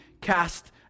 cast